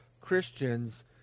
Christians